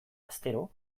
astero